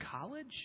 college